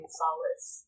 solace